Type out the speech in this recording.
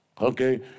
Okay